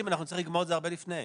אנחנו נצטרך לגמור את זה הרבה לפני.